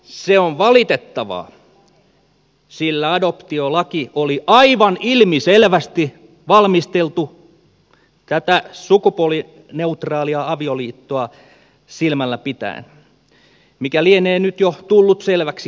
se on valitettavaa sillä adoptiolaki oli aivan ilmiselvästi valmisteltu tätä sukupuolineutraalia avioliittoa silmällä pitäen mikä lienee nyt jo tullut selväksi kaikille